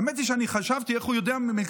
האמת היא שאני חשבתי איך הוא יודע מלכתחילה,